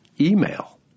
Email